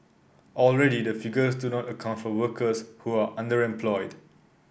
already the figures do not account for workers who are underemployed